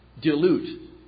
dilute